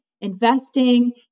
investing